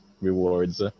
rewards